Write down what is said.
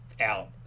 out